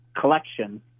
collection